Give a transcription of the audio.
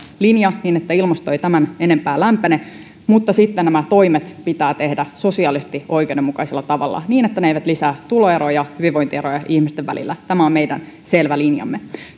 linja niin että ilmasto ei tämän enempää lämpene mutta sitten nämä toimet pitää tehdä sosiaalisesti oikeudenmukaisella tavalla niin että ne eivät lisää tuloeroja hyvinvointieroja ihmisten välillä tämä on meidän selvä linjamme